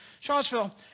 Charlottesville